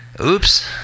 Oops